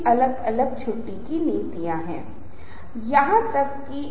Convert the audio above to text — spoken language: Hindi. अब अनुनय युक्तियाँ यहाँ हैं कुछ मामलों के अध्ययन दिया है